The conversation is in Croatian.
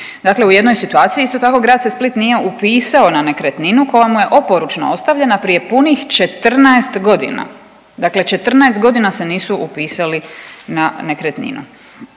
Dakle, u jednoj situaciji isto tako grad se Split nije upisao na nekretninu koja mu je oporučno ostavljena prije punih 14 godina. Dakle, 14 godina se nisu upisali na nekretninu.